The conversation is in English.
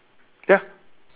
ya